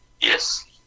Yes